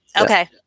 okay